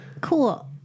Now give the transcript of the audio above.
Cool